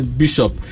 bishop